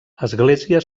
església